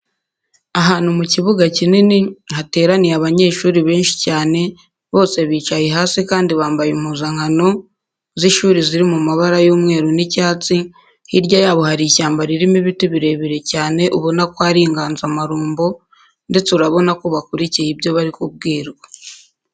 Ahantu mu kibuga kinini, hateraniye abanyeshuri benshi cyane, bose bicaye hasi kandi bambaye impuzankano z'ishuri ziri mu mabara y'umweru n'icyatsi, hirya yabo hari ishyamba ririmo ibiti birebire cyane ubona ko ari inganzamarumbo, ndetse urabona ko bakurikiye ibyo bari kubwirwa.